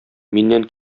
миннән